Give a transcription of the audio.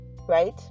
right